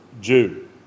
Jew